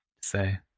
Say